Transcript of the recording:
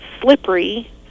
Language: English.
slippery